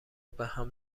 بهم